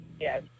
yes